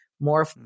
More